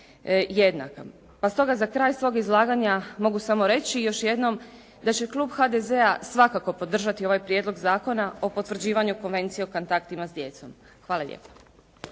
pa stoga za kraj svog izlaganja mogu samo reći još jednom, da će klub HDZ-a svakako podržati ovaj Prijedlog Zakona o potvrđivanju Konvencije o kontaktima s djecom. Hvala lijepo.